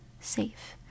safe